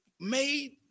made